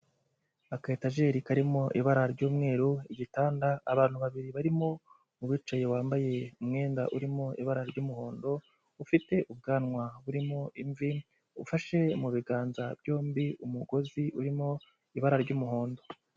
Akayatajeri karimo ibara ry'umweru, igitanda abantu babiri barimo uwicaye wambaye umwenda urimo ibara ry'umuhondo, ufite ubwanwa burimo imvi ufashe mu biganza byombi umugozi urimo ibara ry'umuhondo.